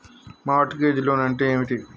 Mart gauge loan అంటే ఏమిటి?